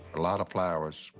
a lot of flowers.